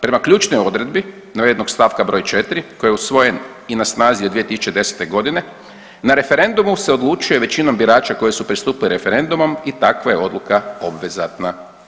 Prema ključnoj odredbi navedenog st. br. 4. koji je usvojen i na snazi je 2010. godine, na referendumu se odlučuje većinom birača koji su pristupili referendumu i takva je odluka obvezatna.